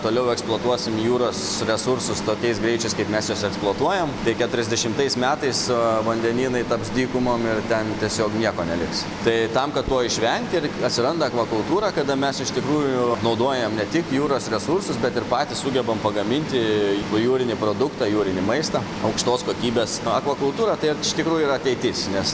toliau eksploatuosim jūros resursus tokiais greičiais kaip mes juos eksploatuojam tai keturiasdešimtais metais vandenynai taps dykumom ir ten tiesiog nieko neliks tai tam kad to išvengt ir atsiranda akvakultūra kada mes iš tikrųjų naudojam ne tik jūros resursus bet ir patys sugebam pagaminti jūrinį produktą jūrinį maistą aukštos kokybės akvakultūra tai iš tikrųjų yra ateitis nes